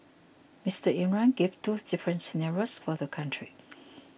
Mister Imran gave two different scenarios for the country